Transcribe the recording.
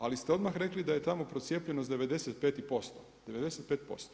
Ali ste odmah rekli da je tamo procijepljenost 95%, 95%